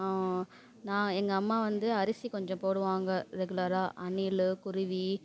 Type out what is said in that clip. நான் எங்கள் அம்மா வந்து அரிசி கொஞ்சம் போடுவாங்க ரெகுலராக அணில் குருவி